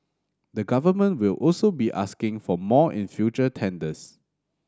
the Government will also be asking for more in future tenders